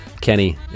Kenny